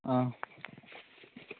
ആ